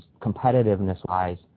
competitiveness-wise